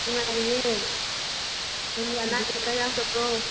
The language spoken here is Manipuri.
ꯅꯨꯡꯉꯥꯏꯔꯤꯌꯦ ꯅꯪꯗꯤ ꯑꯅꯥ ꯑꯌꯦꯛꯀ ꯌꯥꯎꯗꯕ꯭ꯔꯣ